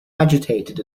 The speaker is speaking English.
agitated